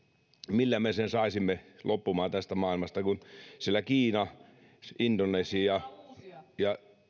millä me sen saisimme loppumaan tästä maailmasta kun kiina indonesia ja